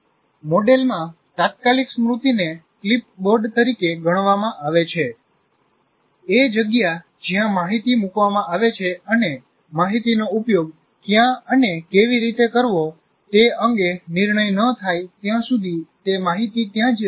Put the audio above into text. મોડેલમાં તાત્કાલિક સ્મૃતિને ક્લિપબોર્ડ તરીકે ગણવામાં આવે છે એ જગ્યા જ્યાં માહિતી મુકવામાં આવે છે અને તે માહિતીનો ઉપયોગ ક્યાં અને કેવી રીતે કરવો તે અંગે નિર્ણય ન થાય ત્યાં સુધી તે માહિતી ત્યાજ રહે છે